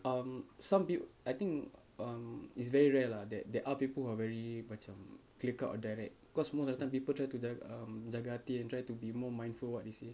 um some peop~ um I think it's very rare lah that there are people who are very macam clear cut direct cause most of the time people try to jaga hati and try to be more mindful what they say